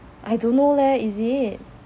I don't know leh is it